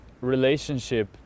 relationship